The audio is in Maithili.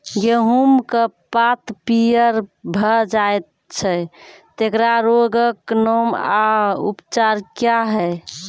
गेहूँमक पात पीअर भअ जायत छै, तेकरा रोगऽक नाम आ उपचार क्या है?